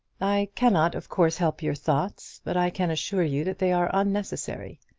i cannot, of course, help your thoughts but i can assure you that they are unnecessary.